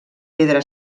pedra